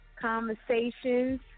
conversations